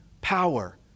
power